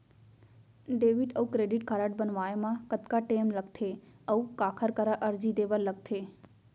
Debit अऊ credit card बनवाए मा कतका टेम लगथे, अऊ काखर करा अर्जी दे बर लगथे?